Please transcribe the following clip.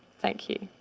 thank you.